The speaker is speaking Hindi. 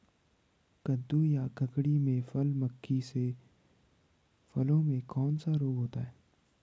कद्दू या ककड़ी में फल मक्खी से फलों में कौन सा रोग होता है?